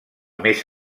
més